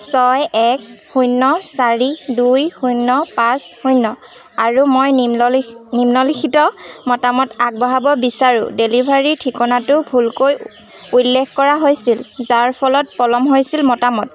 ছয় এক শূন্য চাৰি দুই শূন্য পাঁচ শূন্য আৰু মই নিম্ন নিম্নলিখিত মতামত আগবঢ়াব বিচাৰো ডেলিভাৰী ঠিকনাটো ভুলকৈ উল্লেখ কৰা হৈছিল যাৰ ফলত পলম হৈছিল মতামত